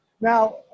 Now